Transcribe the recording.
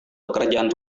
pekerjaan